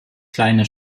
kleine